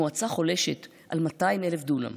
המועצה חולשת על 200,000 דונם.